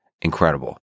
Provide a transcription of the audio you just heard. incredible